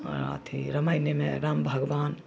अथि रामायणेमे राम भगवान